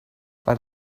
but